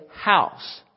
house